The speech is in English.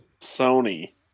Sony